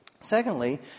Secondly